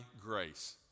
grace